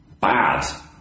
bad